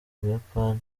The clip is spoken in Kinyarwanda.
buyapani